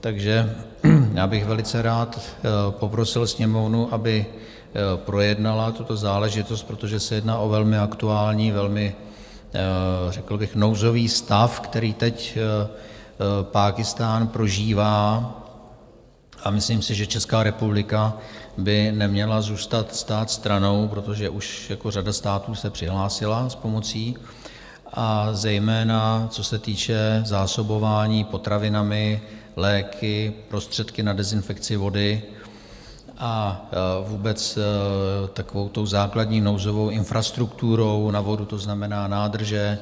Takže já bych velice rád poprosil Sněmovnu, aby projednala tuto záležitost, protože se jedná o velmi aktuální, velmi řekl bych nouzový stav, který teď Pákistán prožívá, a myslím si, že Česká republika by neměla zůstat stát stranou, protože už řada států se přihlásila s pomocí, a zejména co se týče zásobování potravinami, léky, prostředky na dezinfekci vody a vůbec takovou tou základní nouzovou infrastrukturou na vodu, to znamená nádrže,